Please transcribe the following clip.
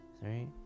Three